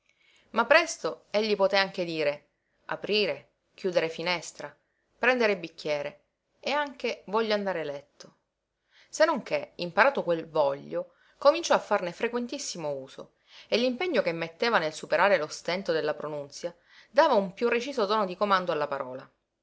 ma presto egli poté anche dire aprire chiudere finestra prendere bicchiere e anche voglio andare letto se non che imparato quel voglio cominciò a farne frequentissimo uso e l'impegno che metteva nel superare lo stento della pronunzia dava un piú reciso tono di comando alla parola